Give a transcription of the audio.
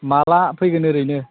माब्ला फैगोन ओरैनो